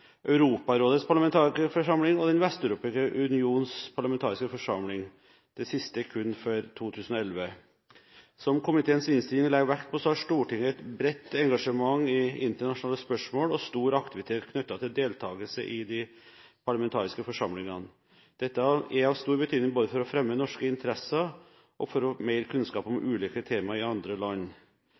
Europarådets parlamentarikerforsamling og Den vesteuropeiske unions parlamentariske forsamling – sistnevnte kun for 2011. Som komiteens innstilling legger vekt på, har Stortinget et bredt engasjement i internasjonale spørsmål og stor aktivitet knyttet til deltakelse i de parlamentariske forsamlingene. Dette er av stor betydning både for å fremme norske interesser og for å få mer kunnskap om ulike tema i andre land.